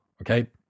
okay